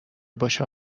باشه